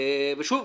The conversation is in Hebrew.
שוב,